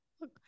look